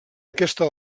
aquesta